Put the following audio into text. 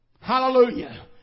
Hallelujah